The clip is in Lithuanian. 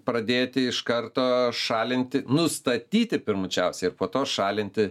pradėti iš karto šalinti nustatyti pirmučiausia ir po to šalinti